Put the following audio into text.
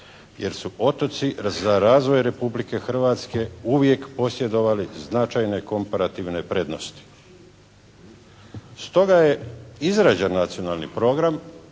jer su otoci za razvoj Republike Hrvatske uvijek posjedovali značajne komparativne prednosti. Stoga je izrađen nacionalni program,